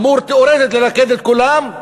אמור תיאורטית ללכד את כולם,